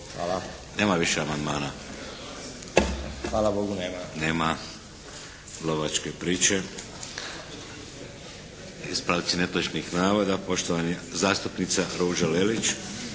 Hvala. Nema više amandmana. …/Upadica: Hvala Bogu nema!/… Nema lovačke priče. Ispravci netočnih navoda. Poštovana zastupnica Ruža Lelić.